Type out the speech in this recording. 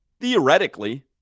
Theoretically